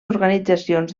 organitzacions